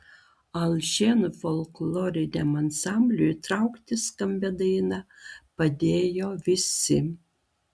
alšėnų folkloriniam ansambliui traukti skambią dainą padėjo visi